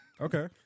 Okay